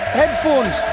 headphones